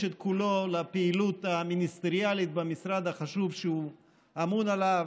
את כולו לפעילות המיניסטריאלית במשרד החשוב שהוא אמון עליו.